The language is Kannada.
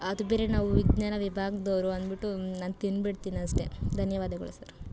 ಅದು ಬೇರೆ ನಾವು ವಿಜ್ಞಾನ ವಿಭಾಗದವ್ರು ಅಂದುಬಿಟ್ಟು ನಾನು ತಿಂದ್ಬಿಡ್ತೀನಿ ಅಷ್ಟೆ ಧನ್ಯವಾದಗಳು ಸರ್